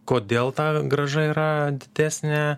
kodėl tą grąža yra didesnė